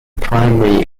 primary